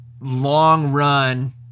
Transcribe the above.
long-run